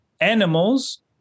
Animals